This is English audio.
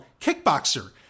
Kickboxer